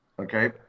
okay